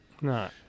No